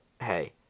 hey